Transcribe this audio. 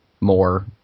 more